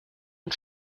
und